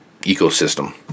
ecosystem